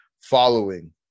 following